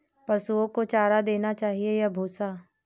पशुओं को चारा देना चाहिए या भूसा?